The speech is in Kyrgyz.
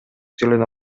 тилине